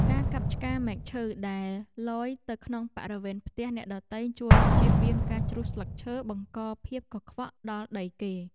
ការកាប់ឆ្ការមែកឈើដែលលយទៅក្នុងបរិវេណផ្ទះអ្នកដទៃជួយជៀសវាងការជ្រុះស្លឹកឈើបង្កភាពកខ្វក់ដល់ដីគេ។